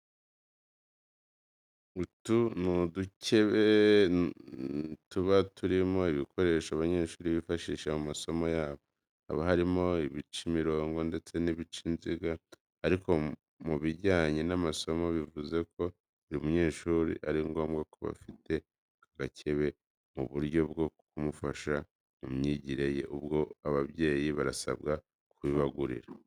Utu ni udukebe tuba turimo ibikoresho abanyeshuri bifashisha mu masomo yabo, haba harimo ibica imirongo ndetse n'ibica inziga ariko mu bijyanye n'amasomo bivuze ko buri munyeshuri ari ngombwa kuba afite aka gakebe mu buryo bwo kumufasha mu myigire ye, ubwo ababyeyi barasabwa kubibagurira.